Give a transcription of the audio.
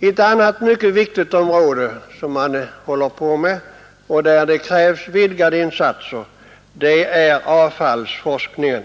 Ett annat mycket viktigt område där det krävs vidgade insatser är avfallsforskningen.